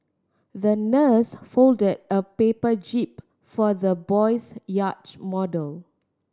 the nurse fold a paper jib for the boy's yacht model